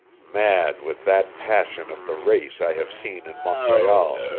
mad with that passion of the race i have seen in montreal,